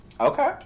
okay